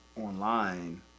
online